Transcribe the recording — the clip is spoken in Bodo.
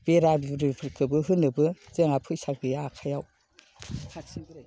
बेरा बुरिफोरखौबो होनोबो जोंहा फैसा गैया आखायाव हारसिं बोरै